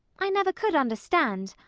i never could understand.